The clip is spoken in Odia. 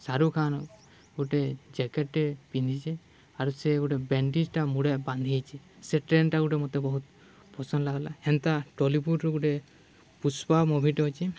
ସାରୁଖାନ୍ ଗୁଟେ ଜ୍ୟାକେଟ୍ଟେ ପିନ୍ଧିଚେ ଆରୁ ସେ ଗୁଟେ ବେଣ୍ଡିଜ୍ଟା ମୁଡ଼େ ବାନ୍ଧିଚେ ସେ ଟ୍ରେଣ୍ଡ୍ଟା ଗୁଟେ ମତେ ବହୁତ ପସନ୍ଦ୍ ଲାଗ୍ଲା ହେନ୍ତା ଟଲିଉଡ଼୍ରୁ ଗୁଟେ ପୁଷ୍ପା ମୁଭିଟେ ଅଛେ